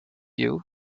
you